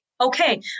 okay